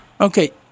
Okay